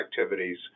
activities